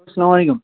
السلام علیکُم